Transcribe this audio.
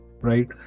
right